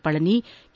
Palani K